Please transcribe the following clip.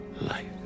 life